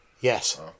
Yes